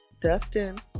dustin